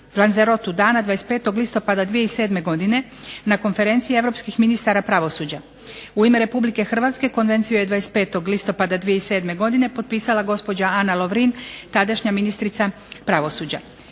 dana 25. listopada 2007. godine na Konferenciji europskih ministara pravosuđa. U ime Republike Hrvatske konvenciju je 25. listopada 2007. godine potpisala gospođa Ana Lovrin, tadašnja ministrica pravosuđa.